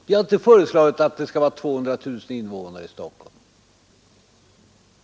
Vi har inte föreslagit att det skall komma till 200 000 invånare i Stockholm.